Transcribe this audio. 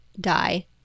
die